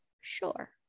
Sure